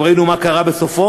גם ראינו מה קרה בסופו.